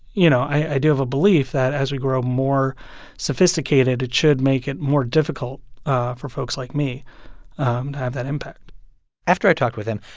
you know, i do have a belief that as we grow more sophisticated, it should make it more difficult for folks like me um to have that impact after i talked with him,